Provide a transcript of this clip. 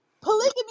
polygamy